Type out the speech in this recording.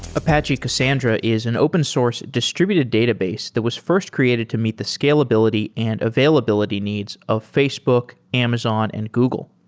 apache cassandra is an open source distributed database that was first created to meet the scalability and availability needs of facebook, amazon and google.